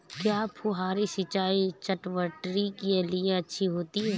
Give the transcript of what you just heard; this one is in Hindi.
क्या फुहारी सिंचाई चटवटरी के लिए अच्छी होती है?